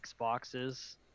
Xboxes